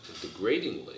degradingly